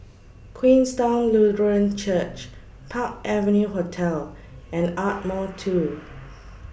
Queenstown Lutheran Church Park Avenue Hotel and Ardmore two